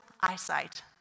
eyesight